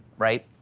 right?